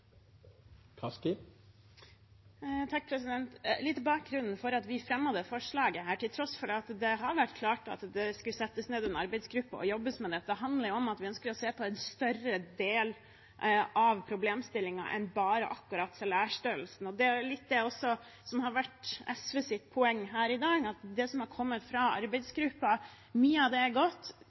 Litt av bakgrunnen for at vi fremmet dette forslaget, til tross for at det har vært klart at det skulle settes ned en arbeidsgruppe og jobbes med dette, handler om at vi ønsker å se på en større del av problemstillingen enn bare akkurat salærstørrelsen. Det er det som har vært litt SVs poeng her i dag: Mye av det som har kommet fra arbeidsgruppen, er godt – det er